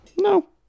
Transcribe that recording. No